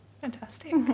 fantastic